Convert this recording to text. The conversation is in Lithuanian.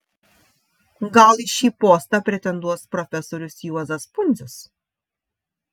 gal į šį postą pretenduos profesorius juozas pundzius